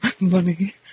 money